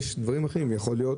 זה כן קיים במכרז.